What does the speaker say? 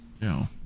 No